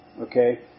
Okay